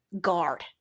Guard